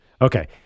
Okay